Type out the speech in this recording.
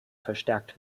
verstärkt